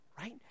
right